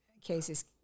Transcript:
cases